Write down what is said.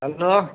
hello